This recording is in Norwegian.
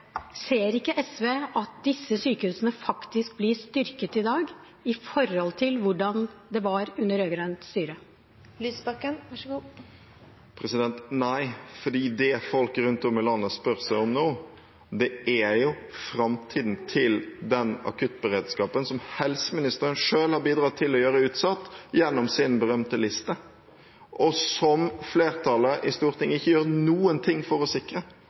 Ser ikke SV at disse sykehusene faktisk blir styrket i dag i forhold til hvordan det var under rød-grønt styre? Nei, fordi det folk rundt om i landet spør seg om nå, er framtiden til den akuttberedskapen som helseministeren selv har bidratt til å gjøre utsatt, gjennom sin berømte liste, og som flertallet i Stortinget ikke gjør noen ting for å sikre